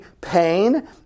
pain